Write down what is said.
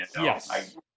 Yes